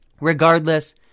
Regardless